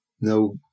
No